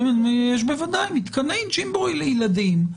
בוודאי מתקני ג'ימבורי לילדים,